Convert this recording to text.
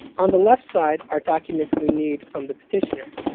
on the left side are documents we need from the petitioner,